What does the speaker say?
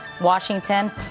Washington